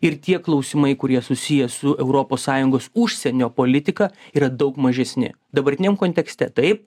ir tie klausimai kurie susiję su europos sąjungos užsienio politika yra daug mažesni dabartiniam kontekste taip